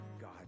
God